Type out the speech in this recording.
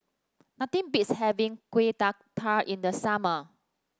nothing beats having Kueh Dadar in the summer